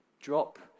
Drop